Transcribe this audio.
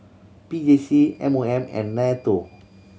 P J C M O M and NATO